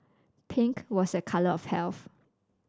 pink was a colour of health